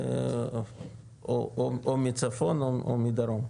או מצפון, או מדרום.